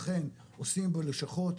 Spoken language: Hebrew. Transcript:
אכן עושים בו לשכות,